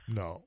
no